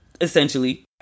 essentially